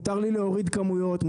מותר לי להוריד כמויות,